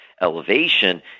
Elevation